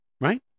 Right